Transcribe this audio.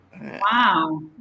Wow